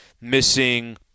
missing